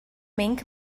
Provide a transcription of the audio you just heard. mink